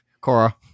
Cora